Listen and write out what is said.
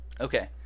Okay